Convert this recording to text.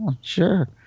sure